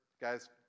Guys